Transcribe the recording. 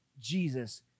Jesus